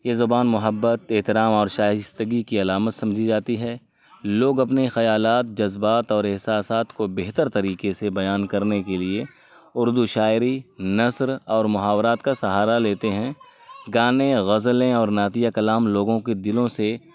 یہ زبان محبت احترام اور شائستگی کی علامت سمجھی جاتی ہے لوگ اپنے خیالات جذبات اور احساسات کو بہتر طریقے سے بیان کرنے کے لیے اردو شاعری نثر اور محاورات کا سہارا لیتے ہیں گانے غزلیں اور نعتیہ کلام لوگوں کے دلوں سے